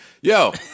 Yo